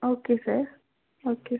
okay sir okay